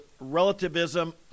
relativism